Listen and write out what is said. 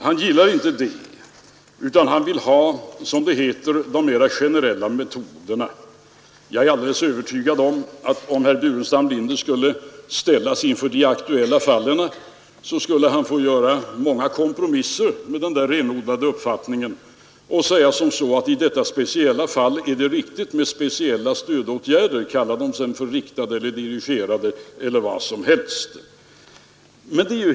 Han gillar inte det, utan han vill ha, som det heter, de mer generella metoderna. Jag är alldeles övertygad om att hert Burenstam Linder, om han skulle ställas inför de aktuella fallen, skulle få göra många kompromisser med den där renodlade uppfattningen och säga: I detta speciella fall är det riktigt med särskilda stödåtgärder; kalla dem sedan riktade eller dirigerade eller vad som helst.